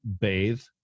bathe